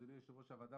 אדוני יושב-ראש הוועדה,